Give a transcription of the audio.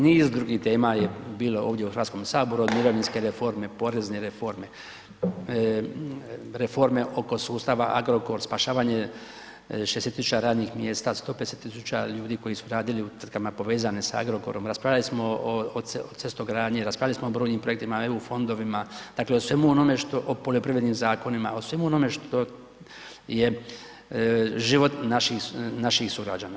Niz drugih tema je bilo ovdje u Hrvatskom saboru od mirovinske reforme, porezne reforme, reforme oko sustava Agrokor, spašavanje 60 000 radnih mjesta, 150 000 ljudi koji su radili tvrtkama povezane sa Agrokorom, raspravili smo o cestogradnji, raspravili smo o brojnim projektima, EU fondovima, dakle o svemu onome, o poljoprivrednim zakonima, o svemu onome što je život naših sugrađana.